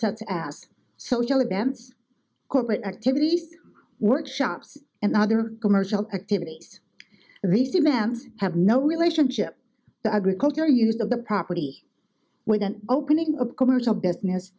such as social events corporate activist workshops and other commercial activities at least a man's have no relationship to agriculture use of the property without opening a commercial business